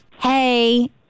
Hey